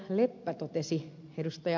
leppä totesi ed